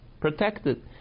protected